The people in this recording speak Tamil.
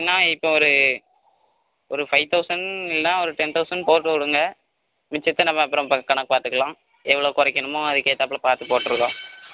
ஜி பேனால் இப்போ ஒரு ஒரு ஃபைவ் தௌசண்ட் இல்லைனா ஒரு டென் தௌசண்ட் போட்டுவிடுங்க மிச்சத்தை நம்ம அப்புறம் ப கணக்கு பார்த்துக்கலாம் எவ்வளோ குறைக்கணுமோ அதுக்கு ஏத்தாப்ல பார்த்து போட்டிருக்கோம்